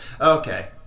okay